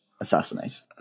assassinate